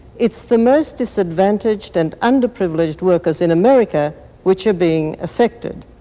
it's the most disadvantaged and underprivileged workers in america which are being affected,